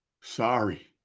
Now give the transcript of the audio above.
Sorry